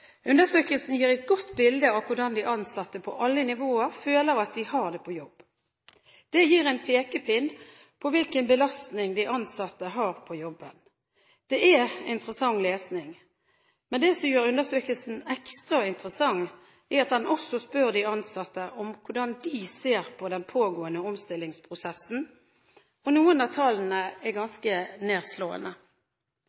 Undersøkelsen gir et godt bilde av hvordan de ansatte – på alle nivåer – føler at de har det på jobb. Det gir en pekepinn på hvilken belastning de ansatte har på jobben. Det er interessant lesning. Men det som gjør undersøkelsen ekstra interessant, er at den også spør de ansatte om hvordan de ser på den pågående omstillingsprosessen, og noen av tallene er